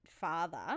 father